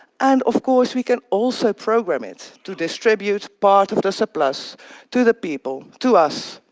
and, of course, we can also program it to distribute part of the surplus to the people, to us,